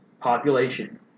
population